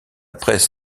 presse